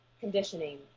conditioning